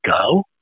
go